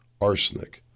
Arsenic